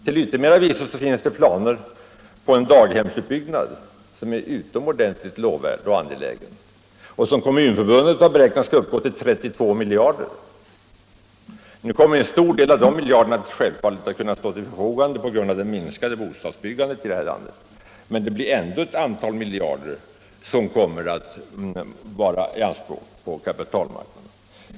Till yttermera visso finns det planer på en daghemsutbyggnad, som är utomordenligt lovvärd och angelägen och som enligt Kommunförbundet skall kosta 32 miljarder. En stor del av dessa miljarder kommer självfallet att kunna stå till förfogande på grund av det minskade bostadsbyggandet i vårt land, men det kommer ändå i dessa sammanhang att ställas anspråk på ytterligare miljarder på kapitalmarknaden.